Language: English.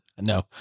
No